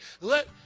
Let